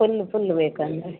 full full ಬೇಕು ಅಂದರೆ